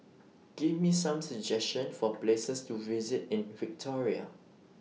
Give Me Some suggestion For Places to visit in Victoria